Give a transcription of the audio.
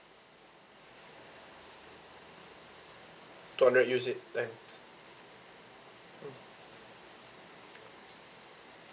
to uh not use it eh